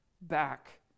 back